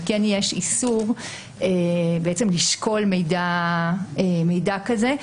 אבל כן יש איסור לשקול מידע כזה.